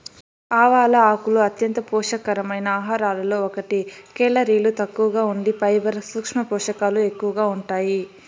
ఆవాల ఆకులు అంత్యంత పోషక కరమైన ఆహారాలలో ఒకటి, కేలరీలు తక్కువగా ఉండి ఫైబర్, సూక్ష్మ పోషకాలు ఎక్కువగా ఉంటాయి